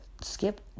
skip